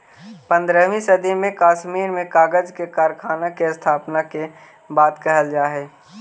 पँद्रहवीं सदी में कश्मीर में कागज के कारखाना के स्थापना के बात कहल जा हई